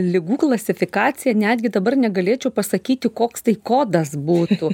ligų klasifikaciją netgi dabar negalėčiau pasakyti koks tai kodas būtų